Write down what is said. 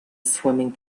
swimming